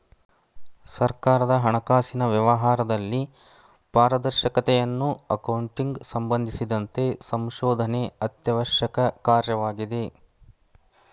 ಸರ್ಕಾರದ ಹಣಕಾಸಿನ ವ್ಯವಹಾರದಲ್ಲಿ ಪಾರದರ್ಶಕತೆಯನ್ನು ಅಕೌಂಟಿಂಗ್ ಸಂಬಂಧಿಸಿದಂತೆ ಸಂಶೋಧನೆ ಅತ್ಯವಶ್ಯಕ ಕಾರ್ಯವಾಗಿದೆ